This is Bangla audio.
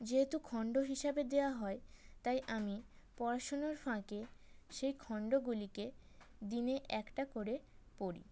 যেহেতু খণ্ড হিসাবে দেওয়া হয় তাই আমি পড়াশুনোর ফাঁকে সেই খণ্ডগুলিকে দিনে একটা করে পড়ি